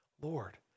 Lord